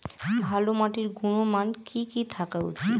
ভালো মাটির গুণমান কি কি থাকা উচিৎ?